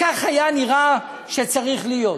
כך היה נראה שצריך להיות.